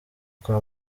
kwa